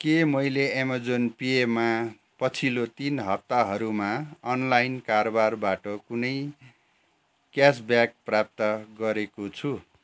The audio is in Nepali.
के मैले अमाजन पेमा पछिल्लो तिन हप्ताहरूमा अनलाइन कारोबारबाट कुनै क्यासब्याक प्राप्त गरेको छु